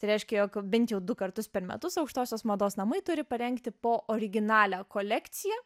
tai reiškia jog bent jau du kartus per metus aukštosios mados namai turi parengti po originalią kolekciją